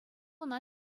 ӑна